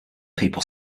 people